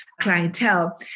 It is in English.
clientele